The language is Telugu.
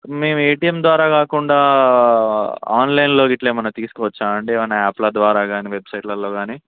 మేము ఏటీఎం ద్వారా కాకుండా ఆన్లైన్లో గిట్లా ఏమైనా తీసుకోవచ్చా అండి ఏవన్నా యాప్ల ద్వారా గానీ వెబ్సైట్లలో గానీ